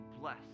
Bless